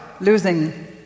losing